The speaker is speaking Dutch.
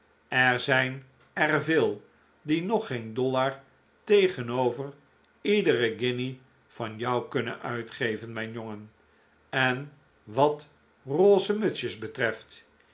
er zijn er veel die nog geen dollar tegenover iedere guinje van jou kunnen uitgeven mijn jongen en wat roze mutsjes betreft